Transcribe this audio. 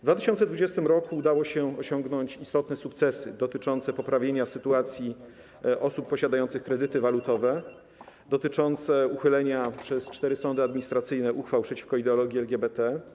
W 2020 r. udało się osiągnąć istotne sukcesy dotyczące poprawienia sytuacji osób posiadających kredyty walutowe, a także dotyczące uchylenia przez cztery sądy administracyjne uchwał przeciwko ideologii LGBT.